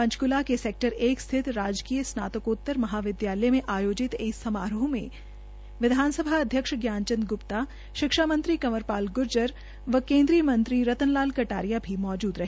पंचकूला के सैक्टर एक स्थित राजकीय स्नातकोतर महाविद्यालय में आयोजित इस समारोह में आयोजित इस समारोह में विधानसभा अध्यक्ष ज्ञान चंद गुप्ता शिक्षा मंत्री कंवर पाल गुर्जर व केन्द्रीय मंत्री रतन लाल कटारिया भी मौजूद रहे